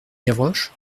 gavroche